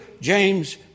James